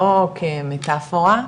לא כמטאפורה,